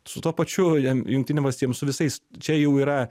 su tuo pačiu jam jungtinėm valstijom su visais čia jau yra